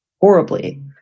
horribly